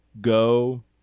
go